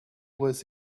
was